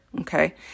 okay